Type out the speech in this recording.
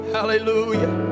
Hallelujah